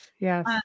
Yes